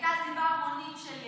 הייתה עזיבה המונית של יס.